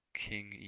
king